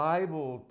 Bible